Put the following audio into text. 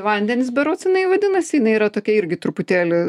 vandenys berods jinai vadinasi jinai yra tokia irgi truputėlį